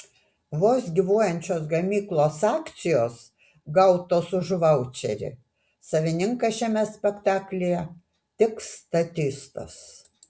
vos gyvuojančios gamyklos akcijos gautos už vaučerį savininkas šiame spektaklyje tik statistas